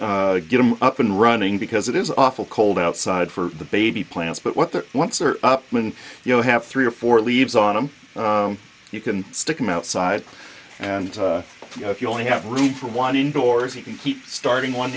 to get him up and running because it is awful cold outside for the baby plants but what there once are up when you have three or four leaves on them you can stick them outside and you know if you only have room for one indoors you can keep starting one